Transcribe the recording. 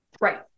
Right